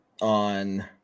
on